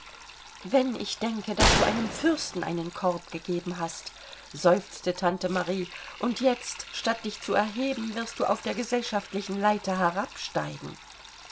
wenn ich denke daß du einem fürsten einen korb gegeben hast seufzte tante marie und jetzt statt dich zu erheben wirst du auf der gesellschaftlichen leiter